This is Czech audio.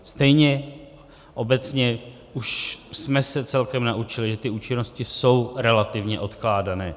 Stejně obecně už jsme se celkem naučili, že ty účinnosti jsou relativně odkládané.